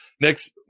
next